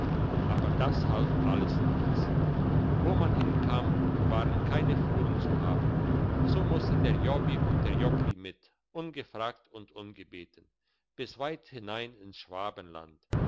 aber das half alles nichts wo man hinkam waren keine fuhren zu haben so musste der jobbi und der jockli mit ungefragt und ungebeten bis weit hinein ins schwabenland